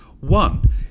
One